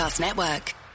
Network